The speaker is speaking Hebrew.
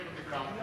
over the counter,